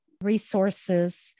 resources